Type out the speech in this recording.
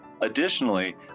Additionally